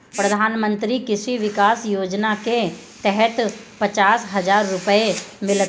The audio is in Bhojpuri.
प्रधानमंत्री कृषि विकास योजना के तहत पचास हजार रुपिया मिलत हवे